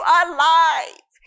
alive